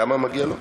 כמה מגיע לו?